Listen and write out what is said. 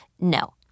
No